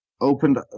opened